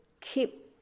keep